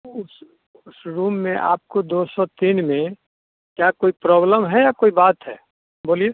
उस उस रूम में आपको दो सौ तीन में क्या कोई प्रॉब्लम है या कोई बात है बोलिए